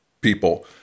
people